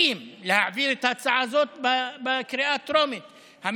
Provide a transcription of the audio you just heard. להעביר את ההצעה הזאת בקריאה הטרומית בכנסת העשרים.